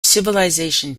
civilization